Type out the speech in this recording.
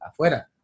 afuera